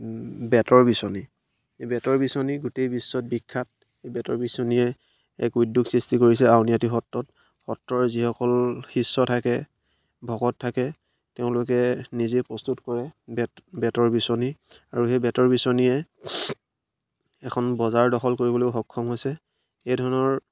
বেঁতৰ বিচনী এই বেঁতৰ বিচনী গোটেই বিশ্বত বিখ্যাত এই বেঁতৰ বিচনীয়ে এক উদ্যোগ সৃষ্টি কৰিছে আউনীআটী সত্ৰত সত্ৰৰ যিসকল শিষ্য থাকে ভকত থাকে তেওঁলোকে নিজে প্ৰস্তুত কৰে বেঁত বেঁতৰ বিচনী আৰু সেই বেঁতৰ বিচনীয়ে এখন বজাৰ দখল কৰিবলৈও সক্ষম হৈছে এই ধৰণৰ